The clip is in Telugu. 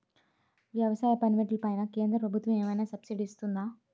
వ్యవసాయ పనిముట్లు పైన కేంద్రప్రభుత్వం ఏమైనా సబ్సిడీ ఇస్తుందా?